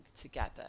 together